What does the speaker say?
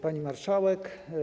Pani Marszałek!